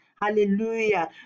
Hallelujah